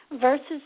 Versus